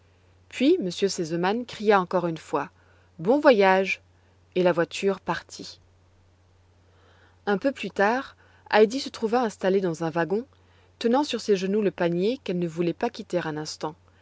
puis m r seseman cria encore une fois bon voyage et la voiture partit un peu plus tard heidi se trouva installée dans un wagon tenant sur ses genoux le panier qu'elle ne voulait pas quitter un instant